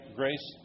grace